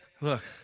look